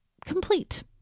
complete